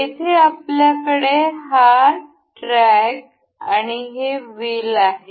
येथे आपल्याकडे हा ट्रॅक आणि हे व्हील आहे